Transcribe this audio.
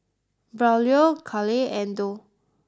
Braulio Carleigh and Doug